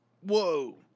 Whoa